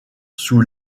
sous